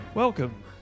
Welcome